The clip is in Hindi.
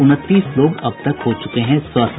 उनतीस लोग अब तक हो चुके है स्वस्थ